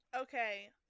Okay